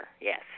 Yes